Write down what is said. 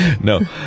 No